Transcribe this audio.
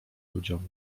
ludziom